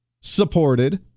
supported